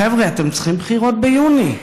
חבר'ה, אתם צריכים בחירות ביוני.